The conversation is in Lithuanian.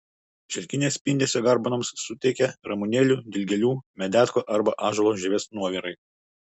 šilkinio spindesio garbanoms suteikia ramunėlių dilgėlių medetkų arba ąžuolo žievės nuovirai